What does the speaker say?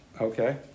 okay